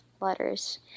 letters